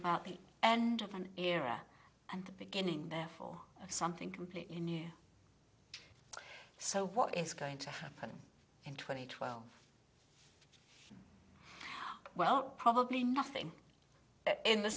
about the and of an era and the beginning there for something completely new so what is going to happen in twenty twelve well probably nothing in the